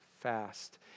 fast